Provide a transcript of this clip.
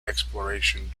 exploration